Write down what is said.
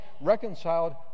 reconciled